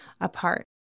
apart